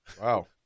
Wow